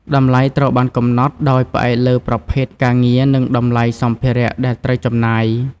តម្លៃត្រូវបានកំណត់ដោយផ្អែកលើប្រភេទការងារនិងតម្លៃសម្ភារៈដែលត្រូវចំណាយ។